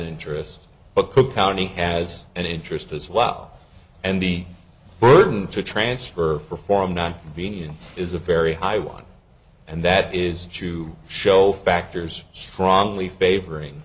interest but cook county has an interest as well and the burden to transfer perform not being ins is a very high one and that is to show factors strongly favoring